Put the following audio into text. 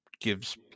gives